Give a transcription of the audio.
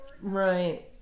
Right